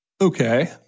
okay